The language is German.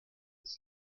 des